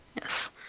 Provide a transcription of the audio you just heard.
Yes